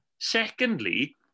Secondly